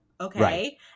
okay